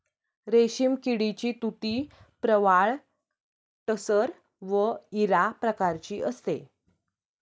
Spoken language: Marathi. रेशीम किडीची तुती प्रवाळ टसर व इरा प्रकारची असते